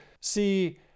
see